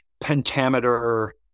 pentameter